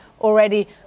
already